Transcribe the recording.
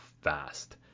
fast